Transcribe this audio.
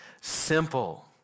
simple